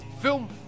film